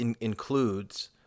includes